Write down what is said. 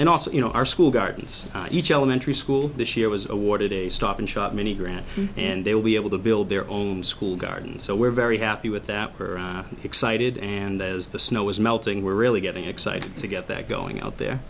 and also you know our school gardens each elementary school this year was awarded a stop and shop many grant and they will be able to build their own school gardens so we're very happy with that excited and as the snow is melting we're really getting excited to get that going out there